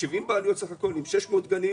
עם 600 גנים